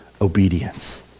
obedience